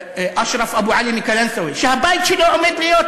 אשרף אבו עלי מקלנסואה, שהבית שלו עומד להיות